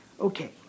Okay